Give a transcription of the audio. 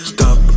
Stop